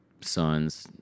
sons